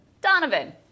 Donovan